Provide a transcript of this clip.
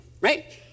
right